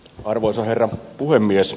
arvoisa herra puhemies